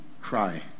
cry